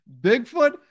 Bigfoot